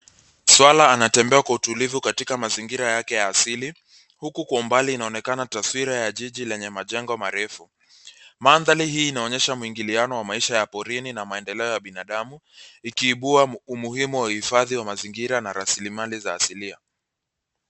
Swara anatembea kwa utulivu katika mazingira yake ya asili huku kwa mbali inaonekana taswira ya jiji lenye majengo marefu. Mandhari hii inaonyesha mwingiliano wa maisha ya porini na maendeleo ya binadamu, ikiibua umuhimu wa uhifadhi wa mazingira na rasilimali za asilia.